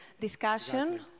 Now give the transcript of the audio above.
discussion